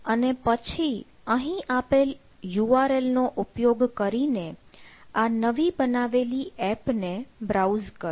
અને પછી અહીં આપેલ URL નો ઉપયોગ કરીને આ નવી બનાવેલી એપ ને બ્રાઉઝ કરો